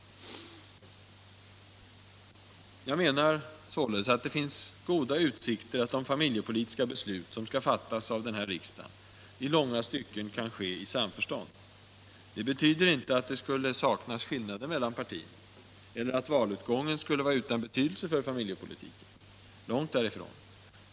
Jag anser således att det finns goda utsikter att de familjepolitiska beslut som skall fattas av denna riksdag i långa stycken kan ske i samförstånd. Det betyder inte att det saknas skillnader mellan partierna, eller att valutgången skulle vara utan betydelse för familjepolitiken — långt därifrån.